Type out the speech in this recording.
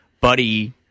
Buddy